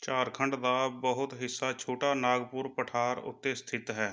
ਝਾਰਖੰਡ ਦਾ ਬਹੁਤ ਹਿੱਸਾ ਛੋਟਾ ਨਾਗਪੁਰ ਪਠਾਰ ਉੱਤੇ ਸਥਿਤ ਹੈ